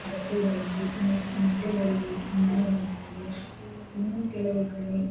ಗದ್ದೆಗಳಿದ್ದು ಮ್ ಮಧ್ಯದಲ್ಲಿ ಮನೆ ಇರ್ತದೆ ಇನ್ನೂ ಕೆಲವು ಕಡೆ